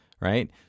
right